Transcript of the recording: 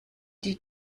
die